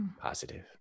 positive